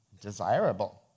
desirable